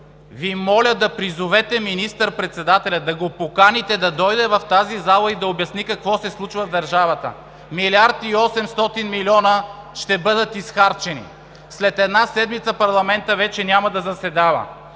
…Ви моля да призовете министър-председателя, да го поканите да дойде в тази зала и да обясни какво се случва в държавата. Милиард и 800 милиона ще бъдат изхарчени. След една седмица парламентът вече няма да заседава.